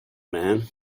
man